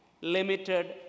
limited